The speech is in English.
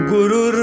Guru